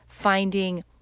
finding